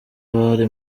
bari